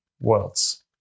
worlds